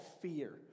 Fear